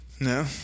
No